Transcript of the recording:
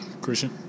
Christian